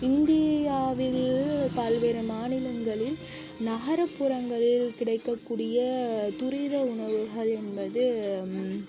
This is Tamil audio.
இந்தியாவில் பல்வேறு மாநிலங்களில் நகர்ப்புறங்களில் கிடைக்கக்கூடிய துரித உணவுகள் என்பது